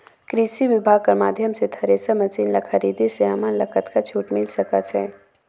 कृषि विभाग कर माध्यम से थरेसर मशीन ला खरीदे से हमन ला कतका छूट मिल सकत हे?